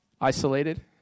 Isolated